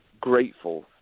grateful